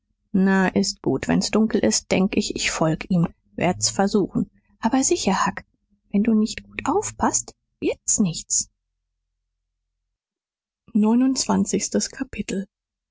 na s ist gut wenn's dunkel ist denk ich ich folg ihm werd's versuchen aber sicher huck wenn du nicht gut aufpaßt wird's nichts neunundzwanzigstes kapitel